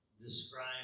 describe